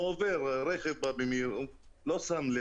הוא עובר אבל רכב בא במהירות ולא שם לב.